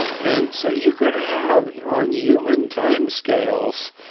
and so you could have on human time scales,